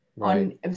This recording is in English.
on